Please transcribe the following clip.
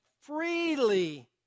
freely